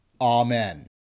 Amen